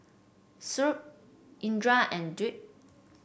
Shoaib Indra and Dwi